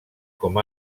com